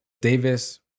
Davis